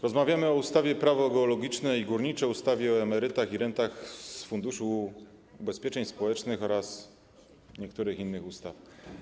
Rozmawiamy o zmianie ustawy - Prawo geologiczne i górnicze, ustawy o emeryturach i rentach z Funduszu Ubezpieczeń Społecznych oraz niektórych innych ustaw.